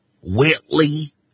Whitley